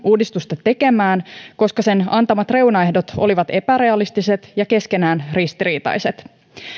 uudistusta tekemään koska sen antamat reunaehdot olivat epärealistiset ja keskenään ristiriitaiset